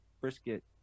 brisket